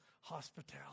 hospitality